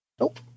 Nope